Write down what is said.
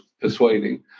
persuading